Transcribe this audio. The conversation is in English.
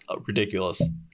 ridiculous